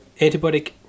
antibiotic